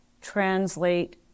translate